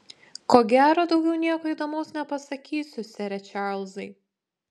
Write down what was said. ko gero daugiau nieko įdomaus nepasakysiu sere čarlzai